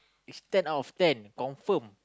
is ten out of ten confirm